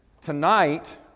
tonight